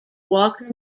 walker